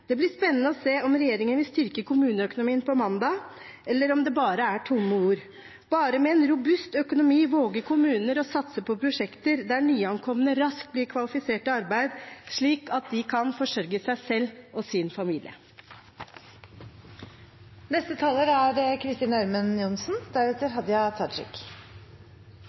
Det blir spennende å se på mandag om regjeringen vil styrke kommuneøkonomien, eller om det bare er tomme ord. Bare med en robust økonomi våger kommuner å satse på prosjekter der nyankomne raskt blir kvalifisert til arbeid, slik at de kan forsørge seg selv og sin familie. Etter å ha hørt opposisjonen kan det virke som om Norge er